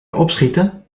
opschieten